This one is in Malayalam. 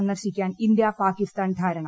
സന്ദർശിക്കാൻ ഇന്ത്യാക് പാ്കിസ്ഥാൻ ധാരണ